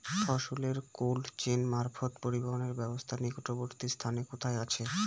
ফসলের cold chain মারফত পরিবহনের ব্যাবস্থা নিকটবর্তী স্থানে কোথায় আছে?